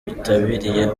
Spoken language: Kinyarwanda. bitabiriye